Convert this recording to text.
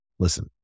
Listen